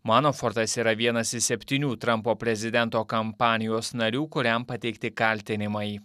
manafortas yra vienas iš septynių trampo prezidento kampanijos narių kuriam pateikti kaltinimai